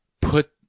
put